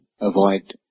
avoid